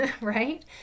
right